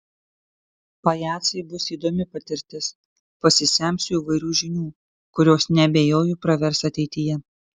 pajacai bus įdomi patirtis pasisemsiu įvairių žinių kurios neabejoju pravers ateityje